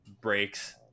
breaks